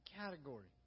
category